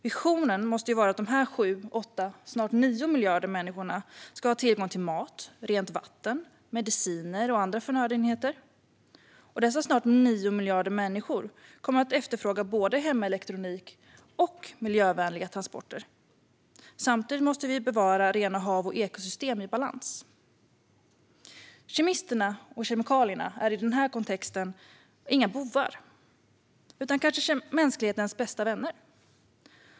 Visionen måste vara att de här sju, åtta snart nio miljarder människorna ska ha tillgång till mat, rent vatten, mediciner och andra förnödenheter. Dessa snart nio miljarder människor kommer att efterfråga både hemelektronik och miljövänliga transporter. Samtidigt måste vi bevara rena hav och ekosystem i balans. Kemisterna och kemikalierna är i den här kontexten inga bovar utan kanske mänsklighetens bästa vänner.